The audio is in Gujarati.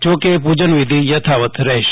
જો કે પુજન વિધી યથાવત રહેશે